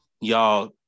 y'all